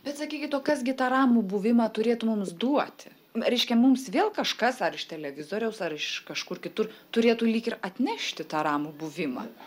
bet sakykit o kas gi tą ramų buvimą turėtų mums duoti reiškia mums vėl kažkas ar iš televizoriaus ar iš kažkur kitur turėtų lyg ir atnešti tą ramų buvimą